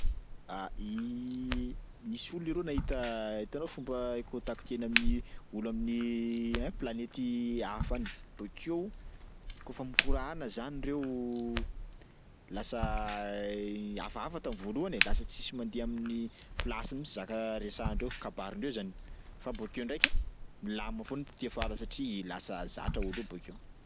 A- nisy olo leroa nahita hitanao fomba icontactena amin'ny olo amin'ny ei planety hafa any, bakeo kaofa mikorana zany reo lasa hafahafa tam'voalohany e lasa tsisy mandeha amin'ny plasiny mihitsy zaka resahandreo kabarindreo zany. Fa bôkeo ndraiky milamina foana taty afara satria lasa zatra olo io bôkeo.